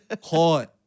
caught